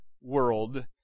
world